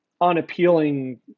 unappealing